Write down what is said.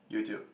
YouTube